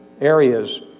areas